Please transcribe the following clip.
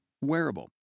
wearable